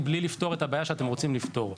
בלי לפתור את הבעיה שאתם רוצים לפתור.